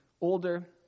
older